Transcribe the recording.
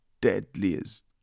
deadliest